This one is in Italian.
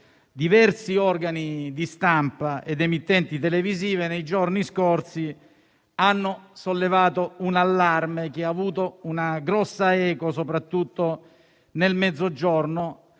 diversi organi di stampa ed emittenti televisive nei giorni scorsi hanno sollevato un allarme che ha avuto una grossa eco, soprattutto nel Mezzogiorno;